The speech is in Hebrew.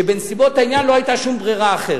שבנסיבות העניין לא היתה שום ברירה אחרת.